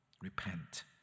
Repent